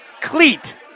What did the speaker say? cleat